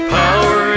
power